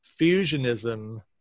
fusionism